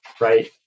right